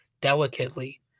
delicately